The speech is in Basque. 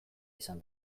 izan